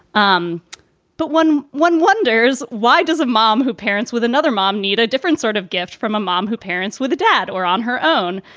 um but one one wonders, why does a mom who parents with another mom need a different sort of gift from a mom who parents with a dad or on her own?